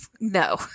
no